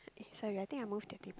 sorry I think I moved the tip